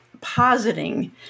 positing